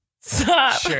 Stop